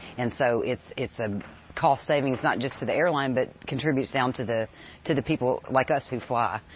and so it's it's a cost savings not just to the airline, but contributes down to the to the people like us who fly,